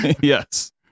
yes